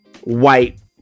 white